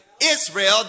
Israel